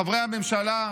חברי הממשלה,